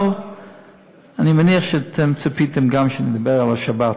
אבל אני מניח שאתם ציפיתם גם שאני אדבר על השבת.